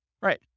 Right